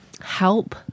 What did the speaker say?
help